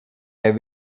der